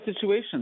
situation